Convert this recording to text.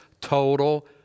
total